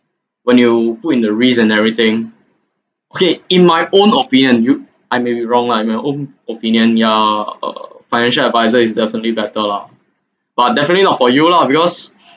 when you put in the risk and everything okay in my own opinion you I may be wrong lah in my own opinion yeah uh financial adviser is definitely better lah but definitely not for you lah because